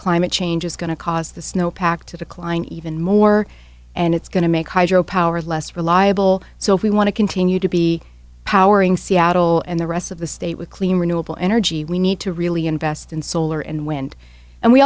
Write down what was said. climate change is going to cause the snowpack to decline even more and it's going to make hydro power less reliable so if we want to continue to be powering seattle and the rest of the state with clean renewable energy we need to really invest in solar and wind and we